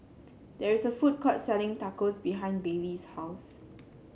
there is a food court selling Tacos behind Bailey's house